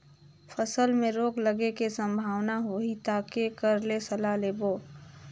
फसल मे रोग लगे के संभावना होही ता के कर ले सलाह लेबो?